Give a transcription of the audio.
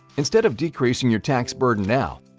instead of decreasing your tax burden now,